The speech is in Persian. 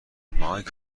مایک